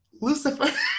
lucifer